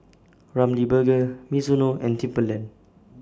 Ramly Burger Mizuno and Timberland